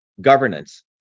governance